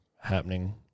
happening